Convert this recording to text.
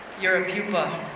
you're a pupa.